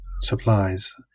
supplies